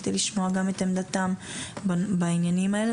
כדי לשמוע גם את עמדתם בעניינים האלה,